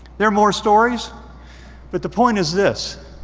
there are more stories but the point is this.